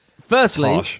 Firstly